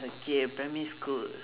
okay primary school